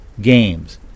games